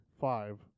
five